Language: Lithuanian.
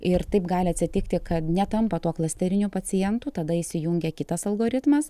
ir taip gali atsitikti kad netampa tuo klasteriniu pacientu tada įsijungia kitas algoritmas